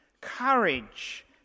courage